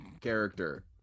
character